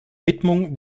widmung